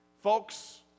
Folks